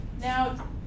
Now